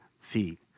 feet